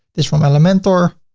is from elementor,